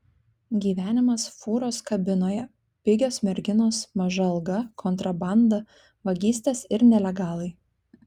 gyvenimas fūros kabinoje pigios merginos maža alga kontrabanda vagystės ir nelegalai